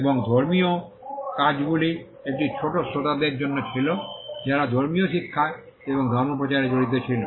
এবং ধর্মীয় কাজগুলি একটি ছোট শ্রোতাদের জন্য ছিল যারা ধর্মীয় শিক্ষায় এবং ধর্ম প্রচারে জড়িত ছিল